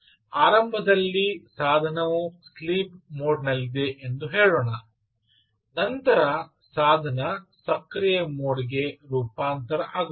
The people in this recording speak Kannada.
ಆರಂಭದಲ್ಲಿ ಸಾಧನವು ಸ್ಲೀಪ್ ಮೋಡ್ ನಲ್ಲಿದೆ ಎಂದು ಹೇಳೋಣ ನಂತರ ಸಾಧನ ಸಕ್ರಿಯ ಮೋಡ್ ಗೆ ರೂಪಾಂತರ ಆಗುತ್ತದೆ